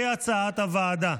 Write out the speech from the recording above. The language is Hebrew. כהצעת הוועדה.